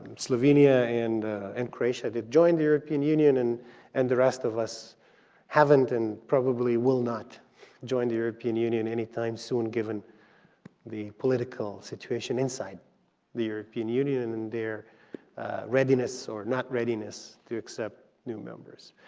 slovenia and and croatia did join the european union, and and the rest of us haven't and probably will not join the european union anytime soon given the political situation inside the european union and their readiness or not readiness to accept new members,